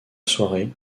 soirée